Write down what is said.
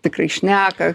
tikrai šneka